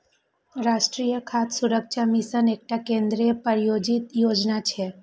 राष्ट्रीय खाद्य सुरक्षा मिशन एकटा केंद्र प्रायोजित योजना छियै